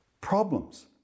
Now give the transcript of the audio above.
problems